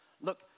Look